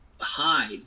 hide